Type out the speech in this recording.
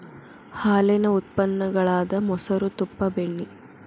ಹಾಲೇನ ಉತ್ಪನ್ನ ಗಳಾದ ಮೊಸರು, ತುಪ್ಪಾ, ಬೆಣ್ಣಿ